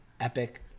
Epic